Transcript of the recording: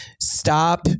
stop